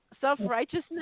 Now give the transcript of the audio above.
self-righteousness